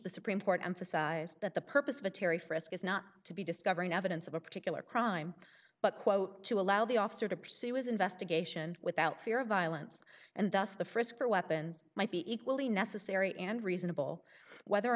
the supreme court emphasized that the purpose of a terry frisk is not to be discovering evidence of a particular crime but quote to allow the officer to pursue his investigation without fear of violence and thus the frisk for weapons might be equally necessary and reasonable whether or